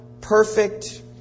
perfect